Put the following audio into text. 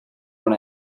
when